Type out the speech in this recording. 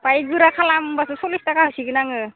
फाय गोरा खालामब्लासो सल्लिस थाखा होसिगोन आङो